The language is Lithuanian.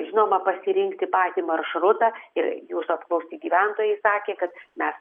žinoma pasirinkti patį maršrutą ir jūsų apklausti gyventojai sakė kad mes